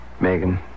Megan